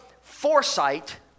foresight